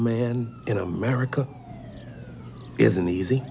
man in america isn't easy